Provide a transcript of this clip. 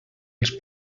els